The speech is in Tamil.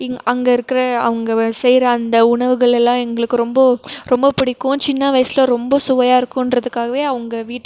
இங் அங்கே இருக்கிற அங்கே செய்கிற அந்த உணவுகள் எல்லாம் எங்களுக்கு ரொம்ப ரொம்ப பிடிக்கும் சின்ன வயசில் ரொம்ப சுவையாக இருக்குன்றதுக்காகவே அவங்க வீட்டுக்கு